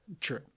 True